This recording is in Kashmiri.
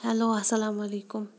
ہیلو اَسَلامُ علیکُم